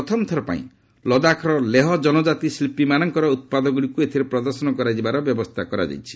ପ୍ରଥମଥର ପାଇଁ ଲେହଲଦାଖର ଜନକାତି ଶିକ୍ଷୀମାନଙ୍କର ଉତ୍ପାଦଗୁଡ଼ିକୁ ଏଥିରେ ପ୍ରଦର୍ଶନ କରିବାର ବ୍ୟବସ୍ଥା କରାଯାଇଛି